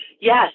Yes